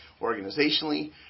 organizationally